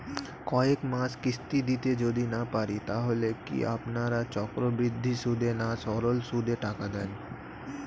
কয়েক মাস কিস্তি দিতে যদি না পারি তাহলে কি আপনারা চক্রবৃদ্ধি সুদে না সরল সুদে টাকা দেন?